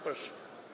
Proszę.